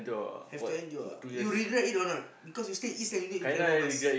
have to endure ah you regret it or not because you stay east then you need travel west